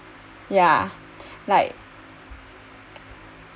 ya like